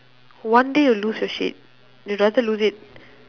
one day you'll lose your shit you don't want to lose it